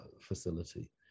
facility